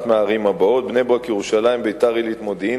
מנגד,